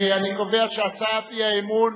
אני קובע שהצעת האי-אמון